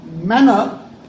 manner